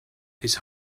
his